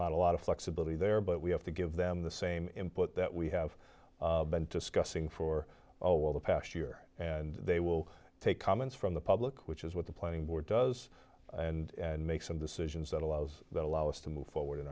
lot a lot of flexibility there but we have to give them the same input that we have been discussing for a while the past year and they will take comments from the public which is what the planning board does and make some decisions that allows that allow us to move forward in